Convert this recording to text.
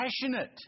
passionate